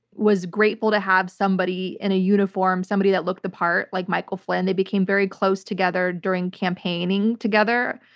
was grateful to have somebody in a uniform, somebody that looked the part like michael flynn. they became very close together during campaigning together,